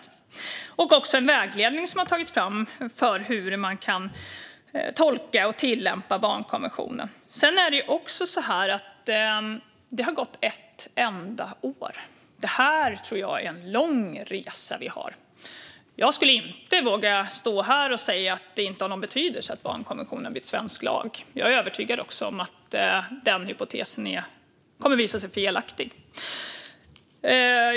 Det har också tagits fram en vägledning för hur man kan tolka och tillämpa barnkonventionen. Det har dock gått ett enda år. Jag tror att vi har en lång resa. Jag skulle inte våga stå här och säga att det inte har någon betydelse att barnkonventionen har blivit svensk lag. Jag är också övertygad om att den hypotesen kommer att visa sig vara felaktig.